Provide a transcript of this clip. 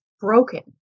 broken